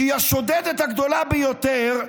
שהיא השודדת הגדולה ביותר,